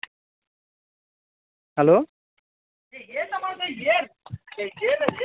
hello